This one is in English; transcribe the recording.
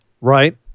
Right